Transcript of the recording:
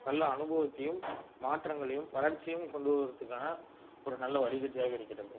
நல்ல அனுபவத்தையும் மாற்றங்களையும் வளர்ச்சியும் கொண்டு வருவதற்கான ஒரு நல்ல வழிகாட்டியாக இருக்கிறது